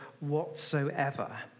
whatsoever